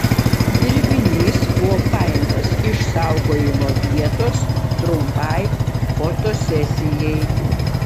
dirbinys buvo paimtas iš saugojimo vietos trumpai fotosesijai